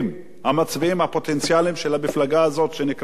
המצביעים הפוטנציאליים של המפלגה הזאת שנקראת ליכוד,